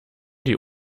die